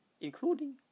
including